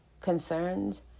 concerns